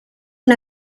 and